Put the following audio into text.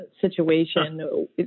situation